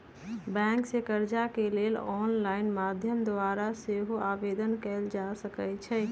bank से कर्जा के लेल ऑनलाइन माध्यम द्वारा सेहो आवेदन कएल जा सकइ छइ